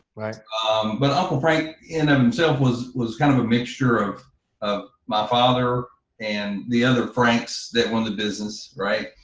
um but uncle frank in himself was was kind of a mixture of of my father and the other franks that were in the business right?